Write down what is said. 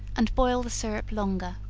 and boil the syrup longer.